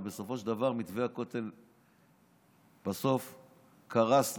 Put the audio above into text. ובסופו של דבר מתווה הכותל קרס לו.